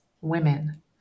women